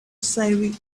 surrey